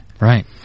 right